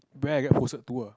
where I get posted to uh